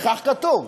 וכך כתוב: